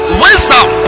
wisdom